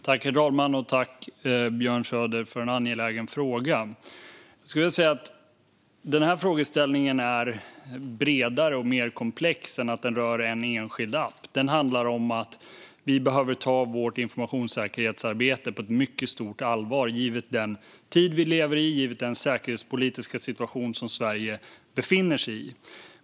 Herr talman! Tack, Björn Söder, för en angelägen fråga! Jag skulle väl säga att den här frågeställningen är bredare och mer komplex än att den rör en enskild app. Den handlar om att vi behöver ta vårt informationssäkerhetsarbete på ett mycket stort allvar, givet den tid vi lever i och den säkerhetspolitiska situation som Sverige befinner sig i.